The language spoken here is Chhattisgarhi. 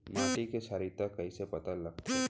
माटी के क्षारीयता कइसे पता लगथे?